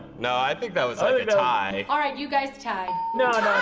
no, i think that was i mean a tie. alright, you guys tied. no no no